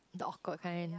the awkward kind